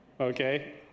okay